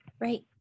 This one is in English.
right